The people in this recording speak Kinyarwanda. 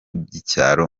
by’icyaro